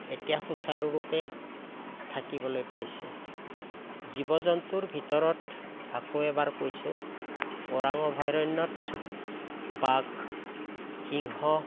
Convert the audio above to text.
এতিয়া সুচাৰুৰূপে থাকিবলৈ পাইছে জীৱ জন্তুৰ ভিতৰত আকৌ এবাৰ কৈছোঁ ওৰাং অভয়াৰণ্যত বাঘ সিংহ